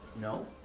no